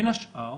בין השאר,